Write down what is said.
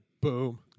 Boom